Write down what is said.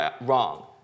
wrong